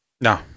No